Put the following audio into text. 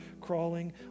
crawling